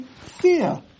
fear